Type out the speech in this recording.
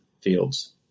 fields